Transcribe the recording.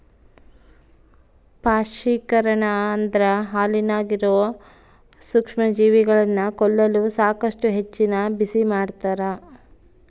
ಪಾಶ್ಚರೀಕರಣ ಅಂದ್ರ ಹಾಲಿನಾಗಿರೋ ಸೂಕ್ಷ್ಮಜೀವಿಗಳನ್ನ ಕೊಲ್ಲಲು ಸಾಕಷ್ಟು ಹೆಚ್ಚಿನ ಬಿಸಿಮಾಡ್ತಾರ